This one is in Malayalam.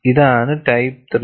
ഇതാണ് ടൈപ്പ് 3